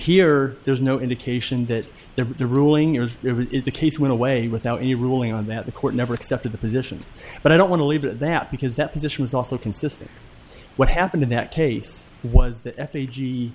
here there's no indication that they're the ruling yours is the case went away without any ruling on that the court never accepted the position but i don't want to leave that because that position is also consistent what happened in that case was